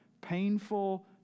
painful